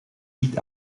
niet